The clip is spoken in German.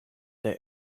der